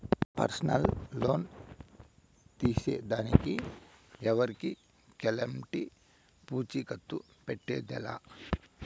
personal loan తీసేదానికి ఎవరికెలంటి పూచీకత్తు పెట్టేదె లా